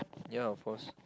ya of course